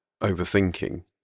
overthinking